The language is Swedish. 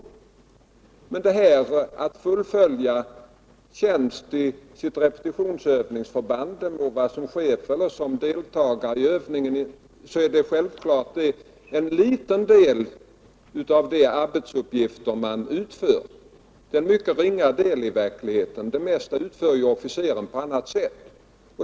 = politisk uppfatt Detta att fullgöra tjänst i sitt repetionsförband — det må vara som chef = ning eller som deltagare i övningen — är emellertid i verkligheten en mycket ringa del av de arbetsuppgifter man utför. Det mesta utför ju officeren på annat sätt.